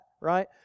right